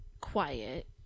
quiet